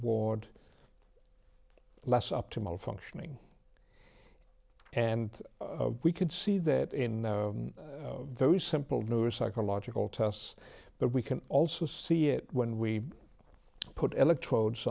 ward less optimal functioning and we can see that in very simple lower psychological tests but we can also see it when we put electrodes